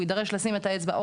והוא יידרש לשים את האצבע,